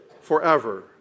forever